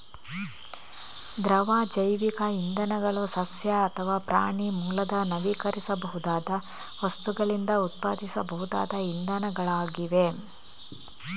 ದ್ರವ ಜೈವಿಕ ಇಂಧನಗಳು ಸಸ್ಯ ಅಥವಾ ಪ್ರಾಣಿ ಮೂಲದ ನವೀಕರಿಸಬಹುದಾದ ವಸ್ತುಗಳಿಂದ ಉತ್ಪಾದಿಸಬಹುದಾದ ಇಂಧನಗಳಾಗಿವೆ